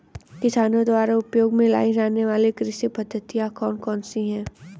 किसानों द्वारा उपयोग में लाई जाने वाली कृषि पद्धतियाँ कौन कौन सी हैं?